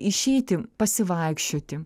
išeiti pasivaikščioti